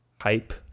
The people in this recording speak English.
Hype